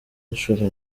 inshuro